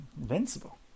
invincible